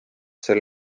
sel